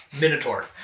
minotaur